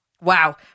Wow